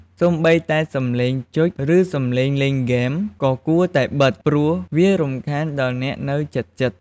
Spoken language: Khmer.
សូម្បីតែសំឡេងចុចឬសំឡេងលេងហ្គេម ក៏គួរតែបិទ ព្រោះវារំខានដល់អ្នកនៅជិតៗ។